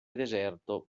deserto